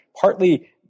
partly